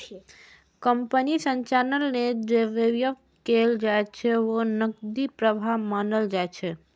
कंपनीक संचालन लेल जे व्यय कैल जाइ छै, ओ नकदी प्रवाह मानल जाइ छै